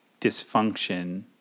dysfunction